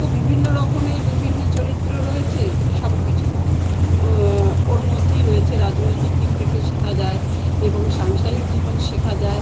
তো বিভিন্ন রকমের বিভিন্ন চরিত্র রয়েছে সব কিছু ওর মধ্যেই রয়েছে রাজনৈতিক দিক থেকে শেখা যায় এবং সাংসারিক জীবন শেখা যায়